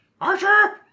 Archer